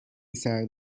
سرد